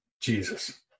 Jesus